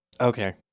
Okay